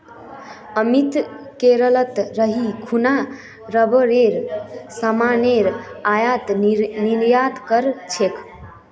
अमित केरलत रही खूना रबरेर सामानेर आयात निर्यात कर छेक